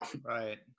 right